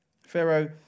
Pharaoh